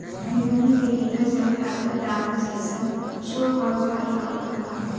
जमीन के भीतर जाये खातिर दांत जइसन चोक औजार लगल होला